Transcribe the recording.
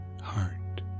heart